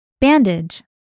Bandage